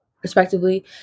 Respectively